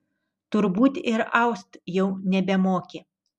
turbūt ir aust jau nebemoki